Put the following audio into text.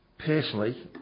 Personally